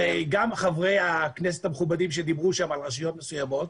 הרי גם חברי הכנסת המכובדים שדיברו על רשויות מסוימות,